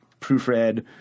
proofread